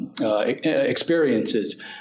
experiences